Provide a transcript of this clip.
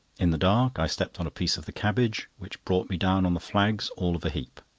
in the dark, i stepped on a piece of the cabbage, which brought me down on the flags all of a heap.